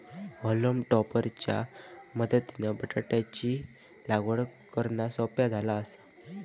हॉलम टॉपर च्या मदतीनं बटाटयाची लागवड करना सोप्या झाला आसा